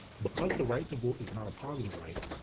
because the right to vote is not a positive right,